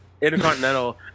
Intercontinental